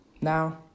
Now